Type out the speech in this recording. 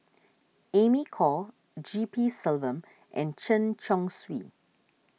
Amy Khor G P Selvam and Chen Chong Swee